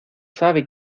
sabe